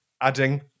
adding